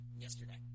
yesterday